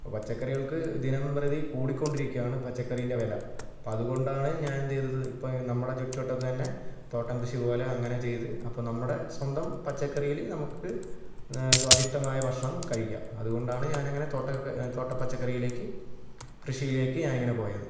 പച്ചക്കറികൾക്ക് ദിനംപ്രതി കൂടിക്കൊണ്ടിരിക്കുകയാണ് പച്ചക്കറീൻ്റെ വില അപ്പോഴതുകൊണ്ടാണ് ഞാനെന്തു ചെയ്തത് ഇപ്പം നമ്മുടെ ചുറ്റുവട്ടത്ത് തന്നെ തോട്ടം കൃഷി പോലെ അങ്ങനെ ചെയ്ത് അപ്പം നമ്മുടെ സ്വന്തം പച്ചക്കറിയിൽ നമുക്ക് സ്വാദിഷ്ടമായ ഭക്ഷണം കഴിക്കാം അതുകൊണ്ടാണ് ഞാനങ്ങനെ തോട്ടമൊക്കെ തോട്ടപ്പച്ചക്കറിയിലേക്ക് കൃഷിയിലേക്ക് ഞാനിങ്ങനെ പോയത്